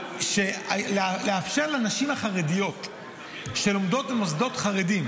לאפשר לנשים החרדיות שלומדות במוסדות חרדיים